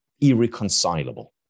irreconcilable